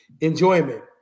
enjoyment